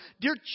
Dear